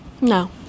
No